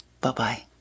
bye-bye